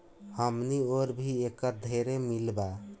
हमनी ओर भी एकर ढेरे मील बा